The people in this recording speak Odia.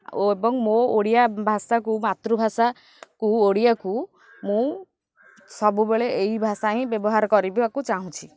ଓ ଏବଂ ମୋ ଓଡ଼ିଆ ଭାଷାକୁ ମାତୃଭାଷାକୁ ଓଡ଼ିଆକୁ ମୁଁ ସବୁବେଳେ ଏହି ଭାଷା ହିଁ ବ୍ୟବହାର କରିବାକୁ ଚାହୁଁଛି